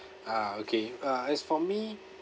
uh okay uh as for me